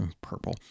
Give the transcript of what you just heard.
purple